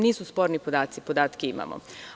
Nisu sporni podaci, podatke imamo.